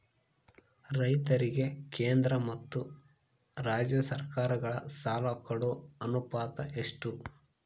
ರೈತರಿಗೆ ಕೇಂದ್ರ ಮತ್ತು ರಾಜ್ಯ ಸರಕಾರಗಳ ಸಾಲ ಕೊಡೋ ಅನುಪಾತ ಎಷ್ಟು?